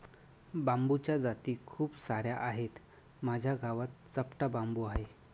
बांबूच्या जाती खूप सार्या आहेत, माझ्या गावात चपटा बांबू आहे